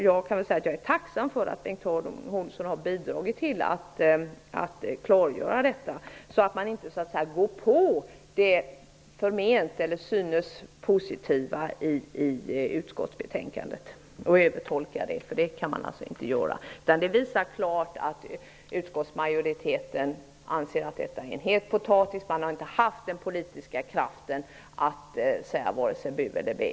Jag är tacksam för att Bengt Harding Olson bidragit till att klargöra detta, så att man inte går på det till synes positiva i utskottsbetänkandet och övertolkar det. Det skall man alltså inte göra. Det här visar klart att utskottsmajoriteten anser att detta är en het potatis. Man har inte haft den politiska kraften att säga vare sig bu eller bä.